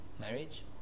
marriage